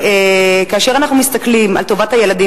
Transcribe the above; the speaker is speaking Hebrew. שכאשר אנחנו מסתכלים על טובת הילדים,